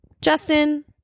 Justin